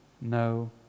No